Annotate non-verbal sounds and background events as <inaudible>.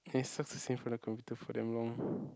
and it sucks to sit in front of the computer for damn long <breath>